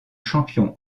champion